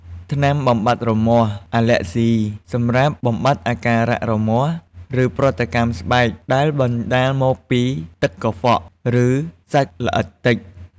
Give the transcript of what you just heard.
ថ្នាំបំបាត់រមាស់ អាលែកហ្ស៊ី សម្រាប់បំបាត់អាការៈរមាស់ ឬប្រតិកម្មស្បែកដែលបណ្តាលមកពីទឹកកខ្វក់ ឬសត្វល្អិតទិច។